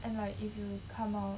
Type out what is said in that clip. and like if you come out